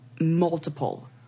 multiple